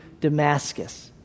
Damascus